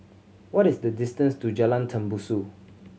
what is the distance to Jalan Tembusu